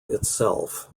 itself